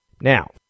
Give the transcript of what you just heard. Now